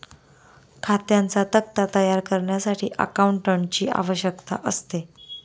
खात्यांचा तक्ता तयार करण्यासाठी अकाउंटंटची आवश्यकता असते